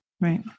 Right